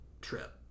trip